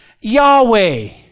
Yahweh